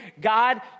God